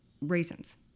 raisins